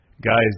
Guys